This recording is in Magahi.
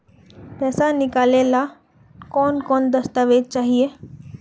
पैसा निकले ला कौन कौन दस्तावेज चाहिए?